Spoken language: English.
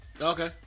Okay